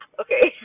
okay